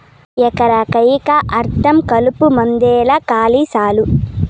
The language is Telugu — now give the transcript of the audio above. ఎకరా కయ్యికా అర్థం కలుపుమందేలే కాలి సాలు